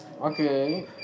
okay